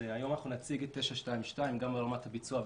היום אנחנו נציג את 922 גם לעומת הביצוע,